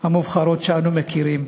המובחרות שאנו מכירים,